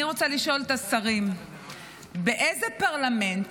אני רוצה לשאול את השרים באיזה פרלמנט